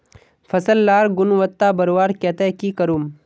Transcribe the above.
फसल लार गुणवत्ता बढ़वार केते की करूम?